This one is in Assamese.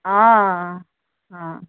অ অ